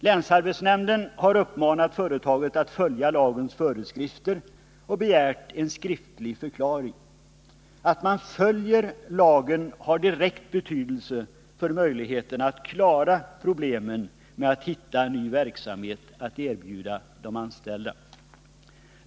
Länsarbetsnämnden har uppmanat företaget att följa lagens föreskrifter och begärt en skriftlig förklaring. Att man följer lagen har direkt betydelse för möjligheterna att lösa problemet med att hitta en ny verksamhet att erbjuda de anställda.